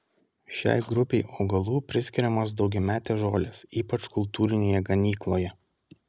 šiai grupei augalų priskiriamos daugiametės žolės ypač kultūrinėje ganykloje